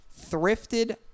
thrifted